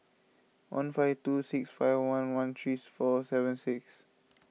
one five two six five one one three four seven six